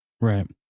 Right